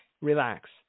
relax